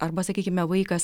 arba sakykime vaikas